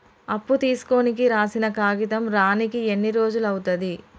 అప్పు తీసుకోనికి రాసిన కాగితం రానీకి ఎన్ని రోజులు అవుతది?